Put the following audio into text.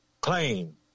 claim